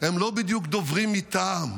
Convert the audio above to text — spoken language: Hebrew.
הם לא בדיוק דוברים מטעם.